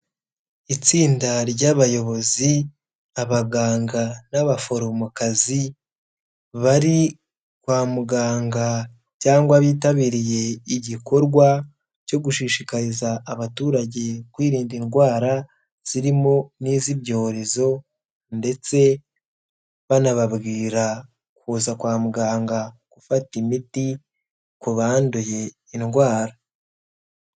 Itsinda ry'abayobozi abaganga n'abaforomokazi, bari kwa muganga cyangwa bitabiriye igikorwa cyo gushishikariza abaturage kwirinda indwara zirimo n'iz'ibyorezo, ndetse banababwira kuza kwa muganga gufata imiti ku banduye indwara.